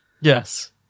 yes